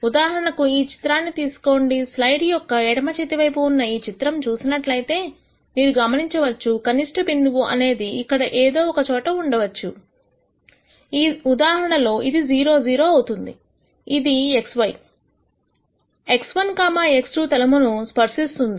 ఉదాహరణకు ఈ చిత్రాన్ని తీసుకోండి స్లైడ్ యొక్క ఎడమ చేతి వైపు ఉన్న ఈ చిత్రం చూసినట్లయితే మీరు గమనించవచ్చు కనిష్ట బిందువు అనేది ఇక్కడ ఏదో ఒక చోట ఉండవచ్చు ఈ ఉదాహరణలో ఇది 0 0 అవుతుంది ఇది x y x1 x2 తలమును స్పర్శిస్తుంది